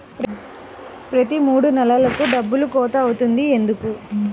ప్రతి మూడు నెలలకు డబ్బులు కోత అవుతుంది ఎందుకు?